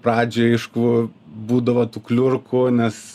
pradžioj aišku būdavo tų kliurkų nes